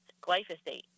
glyphosate